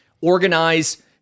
organize